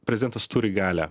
prezidentas turi galią